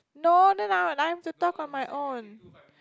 no then I then I have to talk on my own